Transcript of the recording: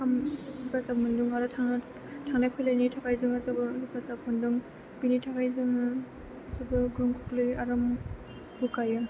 हेफाजाब मोनदों आरो थांलाय फैलायनि थाखाय जोङो जोबोद हेफाजाब मोनदों बेनि थाखाय जोङो जोबोद गोहोम खोख्लैयो आरो गोग्गायो